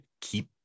keep